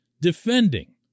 defending